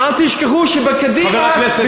ואל תשכחו שבקדימה,